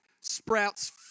sprouts